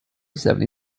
seventy